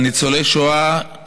על ניצולי שואה